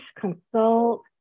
consult